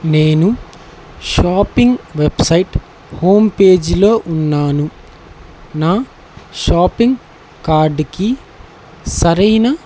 నేను shopping website home పేజీలో ఉన్నాను నా షాపింగ్ కార్డుకి సరైన